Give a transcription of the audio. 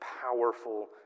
powerful